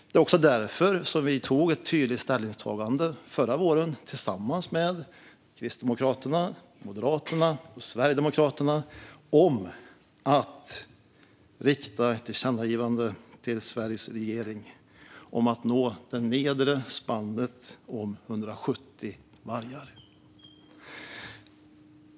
Det var också därför vi förra våren gjorde ett tydligt ställningstagande, tillsammans med Kristdemokraterna, Moderaterna och Sverigedemokraterna, om att rikta ett tillkännagivande till Sveriges regering om att nå den nedre gränsen i spannet, 170 vargar.